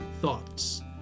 thoughts